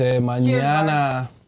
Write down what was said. Mañana